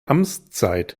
amtszeit